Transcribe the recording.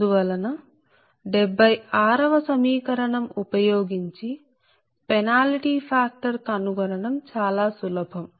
అందువలన 76 వ సమీకరణం ఉపయోగించి పెనాల్టీ ఫ్యాక్టర్ కనుగొనడం చాలా సులభం